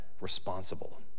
responsible